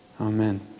Amen